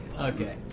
Okay